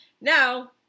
Now